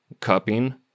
cupping